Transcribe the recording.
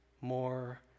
more